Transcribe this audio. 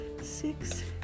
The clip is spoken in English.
six